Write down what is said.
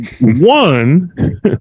One